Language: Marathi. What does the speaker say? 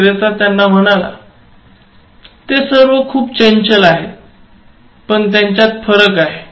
विक्रेता म्हणाला ते सर्व खूप चंचल आहेत पण त्यांच्यात फरक आहे